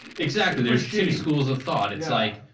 exactly. there's two schools of thought. it's like,